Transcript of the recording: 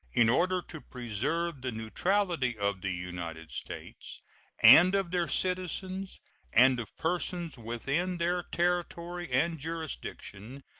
in order to preserve the neutrality of the united states and of their citizens and of persons within their territory and jurisdiction,